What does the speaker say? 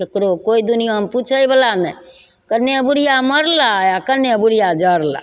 ककरो कोइ दुनिआमे कोइ पुछयवला नहि कने बुढ़िआ मरलै आओर कने बुढ़िआ जड़लय